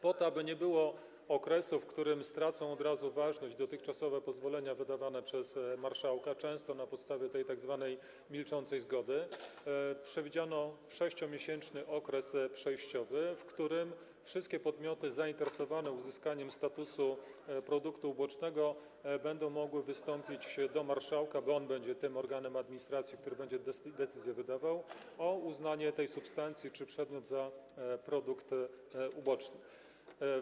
Po to, aby nie było okresu, w którym stracą od razu ważność dotychczasowe pozwolenia wydawane przez marszałka, często na podstawie tej tzw. milczącej zgody, przewidziano 6-miesięczny okres przejściowy, w którym wszystkie podmioty zainteresowane uzyskaniem statusu produktu ubocznego będą mogły wystąpić do marszałka, bo będzie on tym organem administracji, który będzie wydawał decyzje, o uznanie tej substancji czy przedmiotu za produkt uboczny.